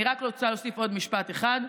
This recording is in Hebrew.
אני רק רוצה להוסיף עוד משפט אחד.